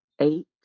eight